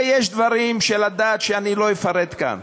ויש דברים של הדת שאני לא אפרט כאן.